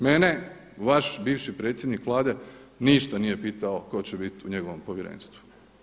Mene vaš bivši predsjednik Vlade ništa nije pitao tko će biti u njegovom povjerenstvu.